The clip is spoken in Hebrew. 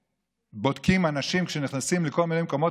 כשבודקים אנשים שנכנסים לכל מיני מקומות